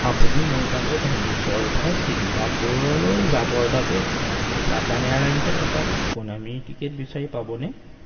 আপুনি মোৰ বাবে ভেনিচৰ পৰা ছিংগাপুৰলৈ যাবৰ বাবে জাপান এয়াৰলাইন্সত এটা ইকনমিৰ টিকট বিচাৰি পাবনে